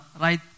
right